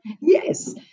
yes